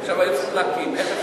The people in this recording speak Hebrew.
עכשיו היו צריכים להקים,